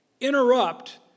interrupt